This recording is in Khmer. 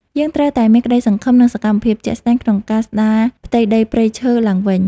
យើងត្រូវតែមានក្តីសង្ឃឹម និងសកម្មភាពជាក់ស្តែងក្នុងការស្តារផ្ទៃដីព្រៃឈើឡើងវិញ។